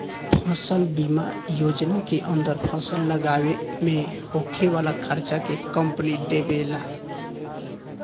फसल बीमा योजना के अंदर फसल लागावे में होखे वाला खार्चा के कंपनी देबेला